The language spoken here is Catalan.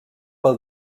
per